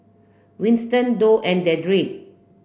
Winston Doug and Dedric